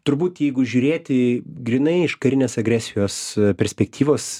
turbūt jeigu žiūrėti grynai iš karinės agresijos perspektyvos